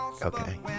Okay